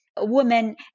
women